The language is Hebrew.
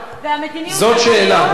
זאת שאלה.